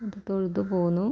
എന്നിട്ട് തൊഴുതു പോന്നു